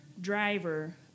driver